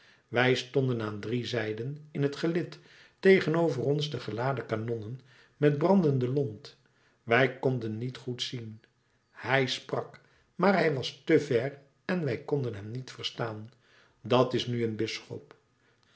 wij stonden aan drie zijden in t gelid tegenover ons de geladen kanonnen met brandende lont wij konden niet goed zien hij sprak maar hij was te ver en wij konden hem niet verstaan dat is nu een bisschop